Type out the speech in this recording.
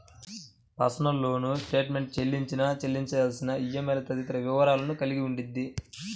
personal loan statement చెల్లించిన, చెల్లించాల్సిన ఈఎంఐలు తదితర వివరాలను కలిగి ఉండిద్ది